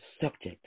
subject